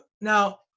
now